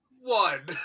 One